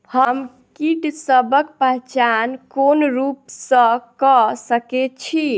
हम कीटसबक पहचान कोन रूप सँ क सके छी?